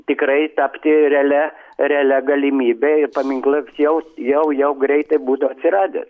tikrai tapti realia realia galimybe ir paminklas jau jau jau greitai būtų atsiradęs